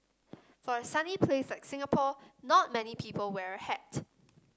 for a sunny places like Singapore not many people wear a hat